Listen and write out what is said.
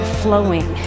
flowing